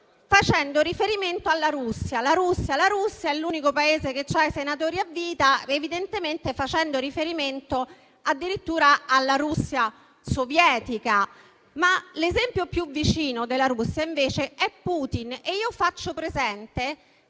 facendo riferimento alla Russia. La Russia è l'unico Paese che ha i senatori a vita, evidentemente facendo riferimento addirittura alla Russia sovietica. Ma l'esempio più vicino della Russia invece è Putin e io faccio presente